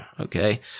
okay